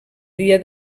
dia